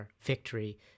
victory